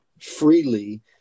freely